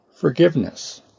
forgiveness